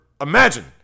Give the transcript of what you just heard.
imagine